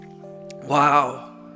Wow